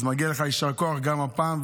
אז מגיע לך יישר כוח גם הפעם.